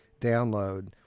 download